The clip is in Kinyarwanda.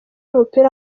w’umupira